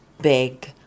big